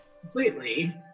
completely